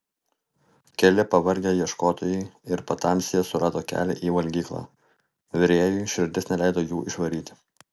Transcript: keli pavargę ieškotojai ir patamsyje surado kelią į valgyklą virėjui širdis neleido jų išvaryti